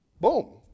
Boom